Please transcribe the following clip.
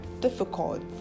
difficult